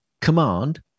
command